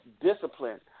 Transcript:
discipline